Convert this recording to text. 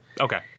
Okay